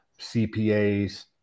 CPAs